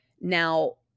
Now